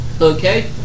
Okay